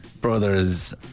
brother's